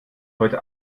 heute